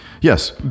Yes